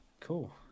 Cool